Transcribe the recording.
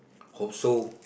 hope so